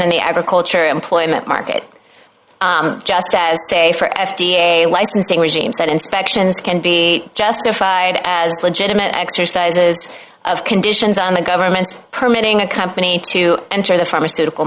in the agriculture employment market just as a for f d a licensing regimes that inspections can be justified as legitimate exercises of conditions on the government permitting a company to enter the pharmaceutical